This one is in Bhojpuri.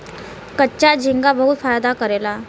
कच्चा झींगा बहुत फायदा करेला